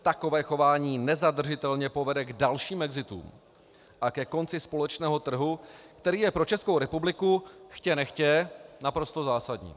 Takové chování nezadržitelně povede k dalším exitům a ke konci společného trhu, který je pro Českou republiku chtě nechtě naprosto zásadní.